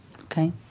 Okay